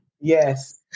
Yes